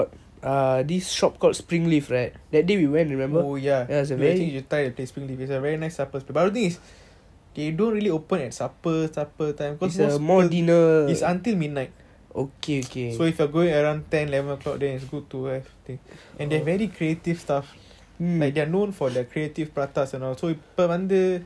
oh ya I think it is a very nice supper spot but I don't think it's they don't really open at like supper supper time cause is until midnight so if you are going around ten eleven o'clock then it's good to have I think and they are very creative stuff like they are known for their creative pratas and all so இப்போ வந்து:ipo vanthu err murtaburger இருக்கு அப்புறம்:iruku apram